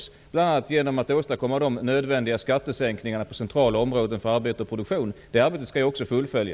Det kan jag göra bl.a. genom att åstadkomma de nödvändiga skattesänkningarna på centrala områden för arbete och produktion. Det arbetet skall jag också fullfölja.